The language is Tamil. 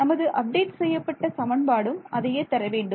நமது அப்டேட் செய்யப்பட்ட சமன்பாடும் அதையே தரவேண்டும்